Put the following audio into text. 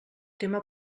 tema